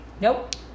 Nope